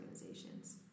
organizations